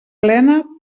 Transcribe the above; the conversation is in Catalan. plena